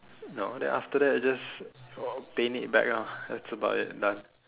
no then after that you just uh paint it back ah that's about it done